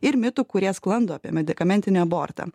ir mitų kurie sklando apie medikamentinį abortą